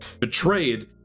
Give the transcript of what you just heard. betrayed